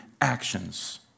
actions